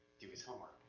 do his homework.